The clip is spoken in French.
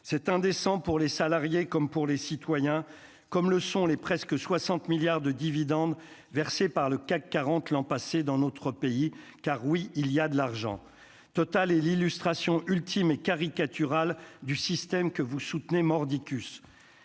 c'est indécent pour les salariés comme pour les citoyens, comme le sont les presque 60 milliards de dividendes versés par le CAC 40 l'an passé dans notre pays, car oui, il y a de l'argent total est l'illustration ultime et caricatural du système que vous soutenez mordicus